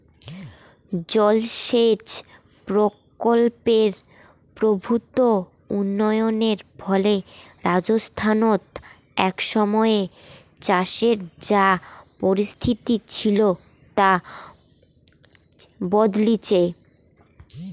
জলসেচ প্রকল্পের প্রভূত উন্নয়নের ফলে রাজস্থানত এক সময়ে চাষের যা পরিস্থিতি ছিল তা বদলিচে